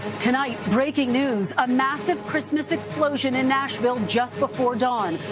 tonight breaking news, a massive christmas explosion in nashville just before dawn.